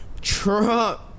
Trump